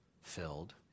filled